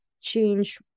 change